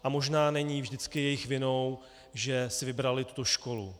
A možná není vždycky jejich vinou, že si vybrali tuto školu.